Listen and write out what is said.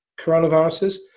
coronaviruses